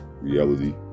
reality